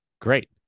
Great